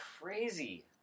crazy